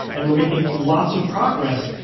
and we're making lots of progress.